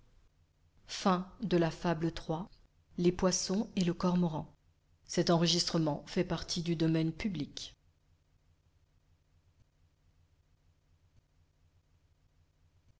les poissons et le cormoran